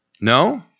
no